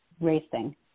racing